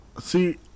See